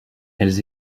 elles